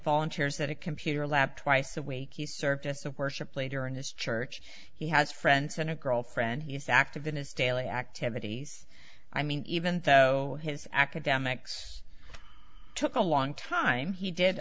volunteered at a computer lab twice a week he service of worship leader in his church he has friends and a girlfriend he is active in his daily activities i mean even though his academics took a long time he did